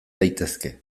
daitezke